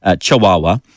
Chihuahua